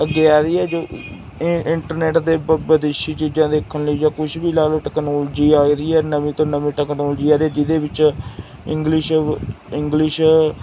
ਅੱਗੇ ਆ ਰਹੀ ਹੈ ਜੋ ਇੰਟਰਨੈਟ ਦੇ ਵ ਵਿਦੇਸ਼ੀ ਚੀਜ਼ਾਂ ਦੇਖਣ ਲਈ ਜਾਂ ਕੁਛ ਵੀ ਲਾ ਲਓ ਟੈਕਨੋਲਜੀ ਆ ਰਹੀ ਹੈ ਨਵੀਂ ਤੋਂ ਨਵੀਂ ਟੈਕਨੋਲੋਜੀ ਆ ਰਹੀ ਹੈ ਜਿਹਦੇ ਵਿੱਚ ਇੰਗਲਿਸ਼ ਇੰਗਲਿਸ਼